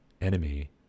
enemy